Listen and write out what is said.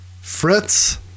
Fritz